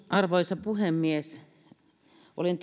arvoisa puhemies olin